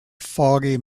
foggy